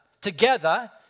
Together